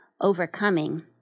overcoming